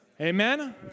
Amen